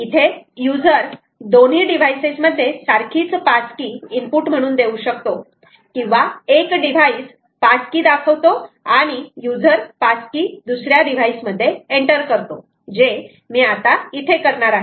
इथे यूजर दोन्ही डिव्हाइसेस मध्ये सारखीच पास की इनपुट म्हणून देऊ शकतो किंवा एक डिव्हाईस पास की दाखवतो आणि युजर पास की दुसऱ्या डिव्हाईस मध्ये एंटर करतो जे मी आता इथे करणार आहे